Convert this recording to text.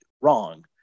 wrong